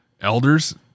elders